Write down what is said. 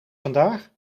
vandaag